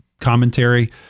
commentary